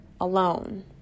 alone